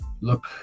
look